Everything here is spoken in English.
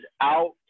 out